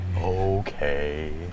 Okay